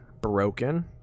broken